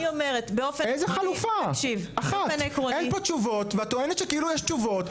אין פה תשובות ואת טוענת כאילו יש תשובות,